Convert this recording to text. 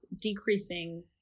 decreasing